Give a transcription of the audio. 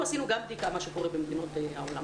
עשינו גם בדיקה מה קורה במדינות בעולם.